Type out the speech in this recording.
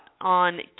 on